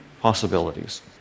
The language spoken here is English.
possibilities